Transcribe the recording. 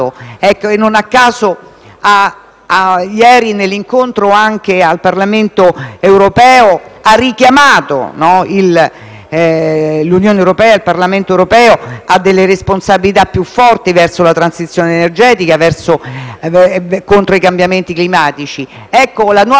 ieri nel Parlamento europeo ha richiamato l'Unione europea e il Parlamento stesso a responsabilità più forti verso la transizione energetica e contro i cambiamenti climatici. La nuova Europa si deve fondare strettamente